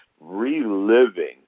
Reliving